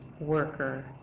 worker